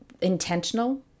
intentional